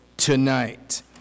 tonight